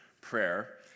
prayer